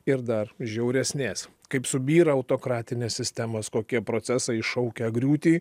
ir dar žiauresnės kaip subyra autokratinės sistemos kokie procesai iššaukia griūtį